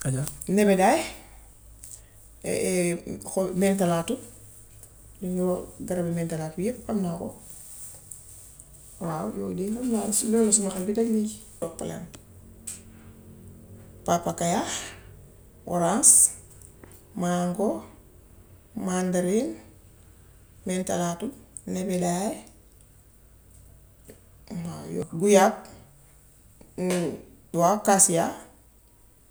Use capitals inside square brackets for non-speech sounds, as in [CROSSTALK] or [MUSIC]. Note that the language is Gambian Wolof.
[UNINTELLIGIBLE] nebedaay [HESITATION] mentelaato li ñoo wax garabu mentalaato yépp xam naa ko waaw yooyu de moom laa, moom la xel bi daj mu toppalante; pàppakayaa, orãs, maango, màndarin, mentalaato, nebedaay waaw yooyu, guyaab [UNINTELLIGIBLE] waaw kaasiyaa.